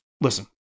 listen